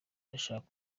ndashaka